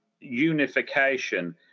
unification